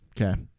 Okay